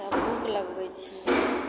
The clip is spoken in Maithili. तब हुक लगबय छियै